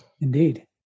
Indeed